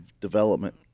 development